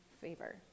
favor